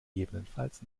gegebenenfalls